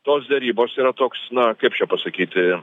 tos derybos yra toks na kaip čia pasakyti